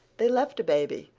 they left a baby.